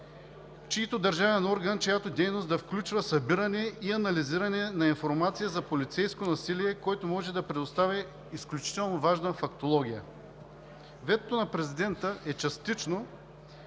неговото мнение, чиято дейност да включва събиране и анализиране на информацията за полицейско насилие, което може да предостави изключително важна фактология. Ветото на президента е частично